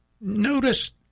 Notice